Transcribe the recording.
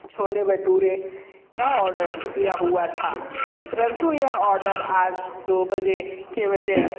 छोले भटूरे का ऑर्डर किया हुआ था परंतु यह ऑर्डर आज दो बजे के बजाय